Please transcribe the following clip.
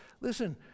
Listen